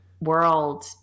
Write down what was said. world